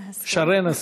שָרֶן השכל.